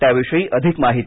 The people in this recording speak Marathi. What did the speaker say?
त्याविषयी अधिक माहिती